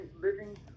living